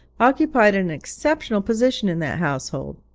occupied an exceptional position in that household.